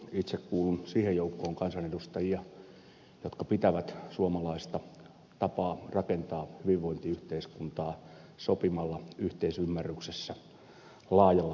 itse kuulun siihen joukkoon kansanedustajia joka pitää suomalaista tapaa rakentaa hyvinvointiyhteiskuntaa sopimalla yhteisymmärryksessä laajalla pohjalla hyvänä